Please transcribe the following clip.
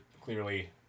clearly